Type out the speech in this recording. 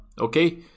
Okay